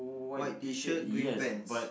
white T shirt green pants